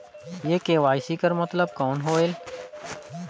ये के.वाई.सी कर मतलब कौन होएल?